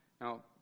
now